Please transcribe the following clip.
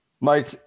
Mike